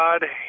God